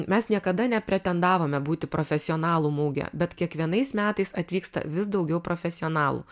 mes niekada nepretendavome būti profesionalų muge bet kiekvienais metais atvyksta vis daugiau profesionalų